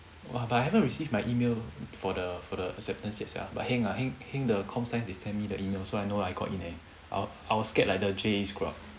!wah! but I haven't receive my email for the for the acceptance yet sia by heng ah heng heng the comp science they send me the email so I know I got in already I I was scared like the J_A_E screw up